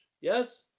Yes